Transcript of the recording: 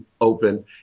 open